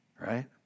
right